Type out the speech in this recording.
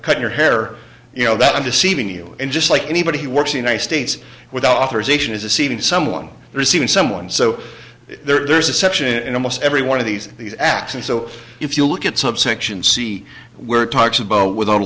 cut your hair you know that i'm deceiving you and just like anybody who works the united states without authorization is a seating someone receiving someone so there's a section in almost every one of these these acts and so if you look at subsection c where it talks about without a